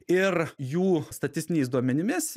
ir jų statistiniais duomenimis